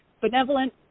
benevolent